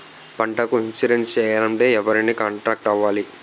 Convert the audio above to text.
పంటకు ఇన్సురెన్స్ చేయాలంటే ఎవరిని కాంటాక్ట్ అవ్వాలి?